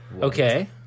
Okay